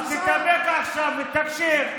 אז תתאפק עכשיו ותקשיב.